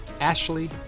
Ashley